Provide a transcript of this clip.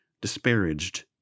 disparaged